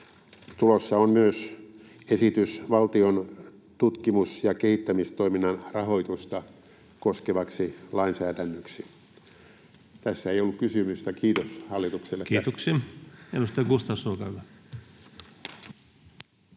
Tulossa on myös esitys valtion tutkimus- ja kehittämistoiminnan rahoitusta koskevaksi lainsäädännöksi. Tässä ei ollut kysymystä. Kiitos hallitukselle tästä. [Speech 142] Speaker: